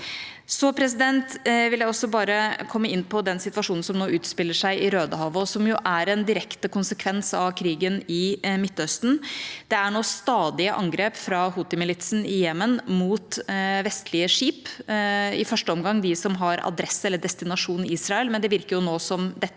Jeg vil også komme inn på den situasjonen som nå utspiller seg i Rødehavet, og som er en direkte konsekvens av krigen i Midtøsten. Det er nå stadige angrep fra Houthi-militsen i Jemen mot vestlige skip, i første omgang de som har adresse eller destinasjon Israel, men det virker nå som dette